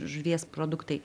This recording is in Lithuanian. žuvies produktai